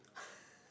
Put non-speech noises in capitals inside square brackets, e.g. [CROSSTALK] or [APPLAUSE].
[LAUGHS]